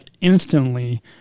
instantly